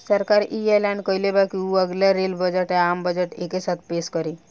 सरकार इ ऐलान कइले बा की उ अगला रेल बजट आ, आम बजट एके साथे पेस करी